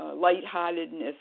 lightheartedness